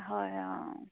হয় অঁ